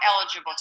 eligible